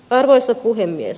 arvoisa puhemies